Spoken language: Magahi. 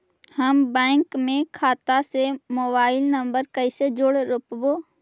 हम बैंक में खाता से मोबाईल नंबर कैसे जोड़ रोपबै?